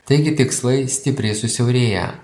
taigi tikslai stipriai susiaurėję